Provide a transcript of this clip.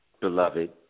beloved